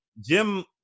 Jim